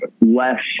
less